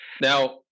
now